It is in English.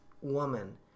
woman